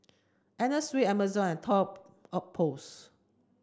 Anna Sui Amazon and Toy Outpost